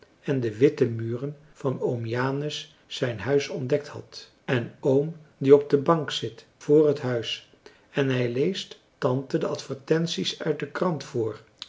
en de witte muren van oom janus zijn huis ontdekt had en oom die op de bank zit vr het huis en hij leest tante de advertenties uit de krant voor